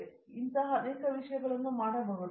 ಆದ್ದರಿಂದ ಈ ಅನೇಕ ವಿಷಯಗಳನ್ನು ಹಾಗೆ ಮಾಡಬಹುದು